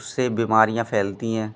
उससे बीमारियाँ फैलती हैं